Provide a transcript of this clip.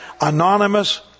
anonymous